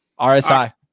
RSI